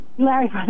Larry